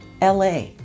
LA